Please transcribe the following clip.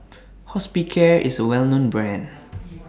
Hospicare IS A Well known Brand